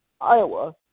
Iowa